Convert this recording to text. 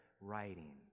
writing